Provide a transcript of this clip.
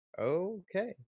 Okay